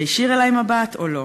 יישיר אלי מבט או לא?